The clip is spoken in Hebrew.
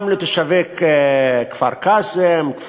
גם לתושבי כפר-קאסם, כפר-ברא,